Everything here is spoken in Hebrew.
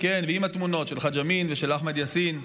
כן, ועם התמונות של חאג' אמין ושל אחמד יאסין.